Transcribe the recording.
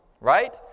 right